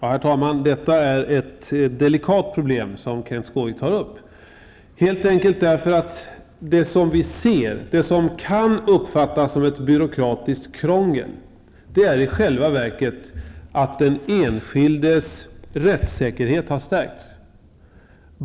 Herr talman! Det är ett delikat problem som Kenth Skårvik tar upp. Det som kan uppfattas som ett byråkratiskt krångel är i själva verket ett uttryck för att den enskildes rättssäkerhet har stärkts.